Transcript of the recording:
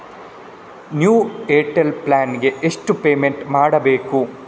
New Airtel plan ಗೆ ಎಷ್ಟು payment ಮಾಡ್ಬೇಕು?